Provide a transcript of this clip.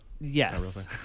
Yes